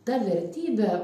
ta vertybė